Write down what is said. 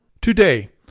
Today